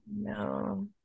No